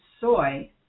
soy